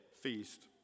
feast